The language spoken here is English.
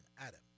Adam